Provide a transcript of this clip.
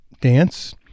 dance